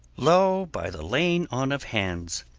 lo! by the laying on of hands,